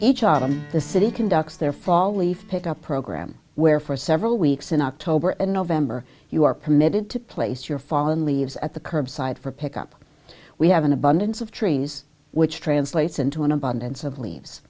autumn the city conducts their fall leaf pick up program where for several weeks in october and november you are permitted to place your fallen leaves at the curbside for pick up we have an abundance of trees which translates into an abundance of leaves